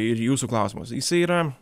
ir jūsų klausimas jisai yra